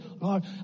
Lord